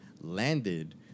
landed